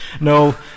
No